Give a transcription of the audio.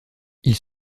ils